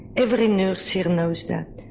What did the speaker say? every nurse here knows that.